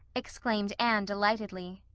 exclaimed anne delightedly.